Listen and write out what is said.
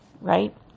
right